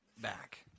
back